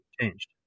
changed